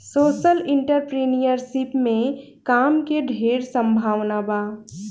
social entrepreneurship में काम के ढेर संभावना बा